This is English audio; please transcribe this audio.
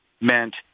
meant